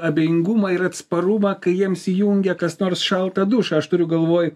abejingumą ir atsparumą kai jiems įjungia kas nors šaltą dušą aš turiu galvoj